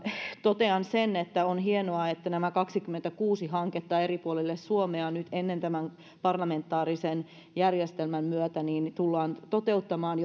totean että on hienoa että nämä kaksikymmentäkuusi hanketta eri puolille suomea nyt ennen tämän parlamentaarisen järjestelmän aloittamista tullaan toteuttamaan